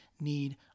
need